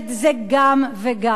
זה גם וגם.